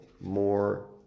more